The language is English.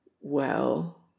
Well